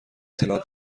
اطلاعات